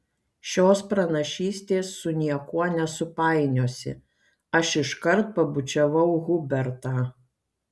šios pranašystės su niekuo nesupainiosi aš iškart pabučiavau hubertą